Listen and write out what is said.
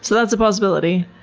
so that's a possibility.